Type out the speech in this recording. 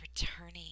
returning